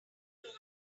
known